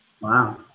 Wow